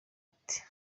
ati